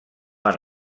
han